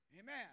Amen